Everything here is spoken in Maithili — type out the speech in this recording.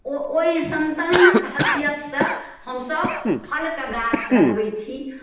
ओ ओहि सन्तानक हैसियतसँ हमसभ फलके गाछ लगबै छी